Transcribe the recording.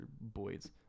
boys